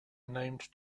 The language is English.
named